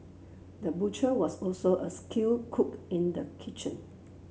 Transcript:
the butcher was also a skilled cook in the kitchen